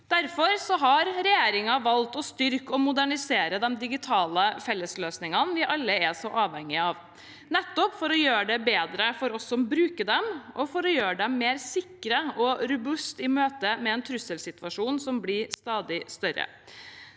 Derfor har regjeringen valgt å styrke og modernisere de digitale fellesløsningene vi alle er så avhengige av, nettopp for å gjøre de bedre for oss som bruker dem, og for å gjøre dem mer sikre og robuste i møte med en trusselsituasjon som blir stadig større.